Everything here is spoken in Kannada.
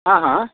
ಹಾಂ ಹಾಂ